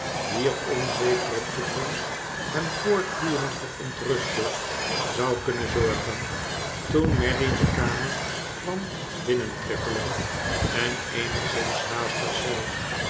wier onzekere toekomst hem voortdurend verontrustte zou kunnen zorgen toen mary de kamer kwam binnentrippelen en eenigszins haastig zei